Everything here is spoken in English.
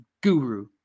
guru